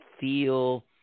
feel